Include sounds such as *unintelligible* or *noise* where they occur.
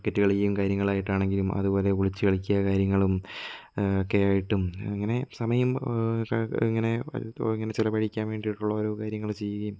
cricket കളിക്കുകയും കാര്യങ്ങളായിട്ട് ആണെങ്കിലും അതുപോലെ ഒളിച്ചു കളിക്കുക കാര്യങ്ങളും ഒക്കെയായിട്ടും അങ്ങനെ സമയം ഇങ്ങനെ *unintelligible* ഇങ്ങനെ ചിലവഴിക്കാൻ വേണ്ടിയിട്ടുള്ള ഓരോ കാര്യങ്ങൾ ചെയ്യുകയും